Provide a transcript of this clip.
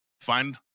Find